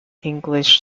english